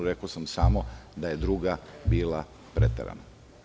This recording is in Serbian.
Rekao sam da je druga bila preterana.